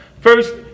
First